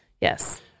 Yes